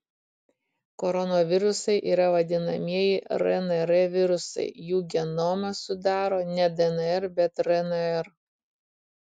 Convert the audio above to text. koronavirusai yra vadinamieji rnr virusai jų genomą sudaro ne dnr bet rnr